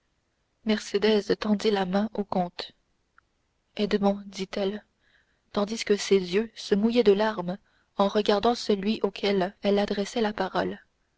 mercédès tendit la main au comte edmond dit-elle tandis que ses yeux se mouillaient de larmes en regardant celui auquel elle adressait la parole